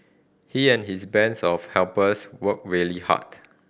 he and his bands of helpers worked really hard